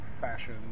fashion